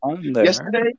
Yesterday